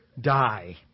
die